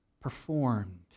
performed